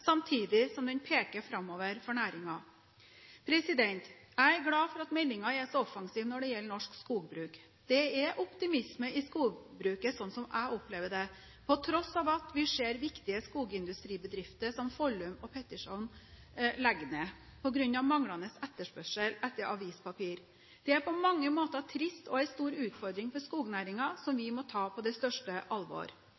samtidig som den peker framover for næringen. Jeg er glad for at meldingen er så offensiv når det gjelder norsk skogbruk. Det er optimisme i skogbruket, slik som jeg opplever det, på tross av at vi ser at viktige skogindustribedrifter som Follum og Peterson legger ned på grunn av manglende etterspørsel etter avispapir. Det er på mange måter trist, og det er en stor utfordring for skognæringen, som